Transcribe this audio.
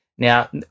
Now